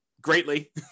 greatly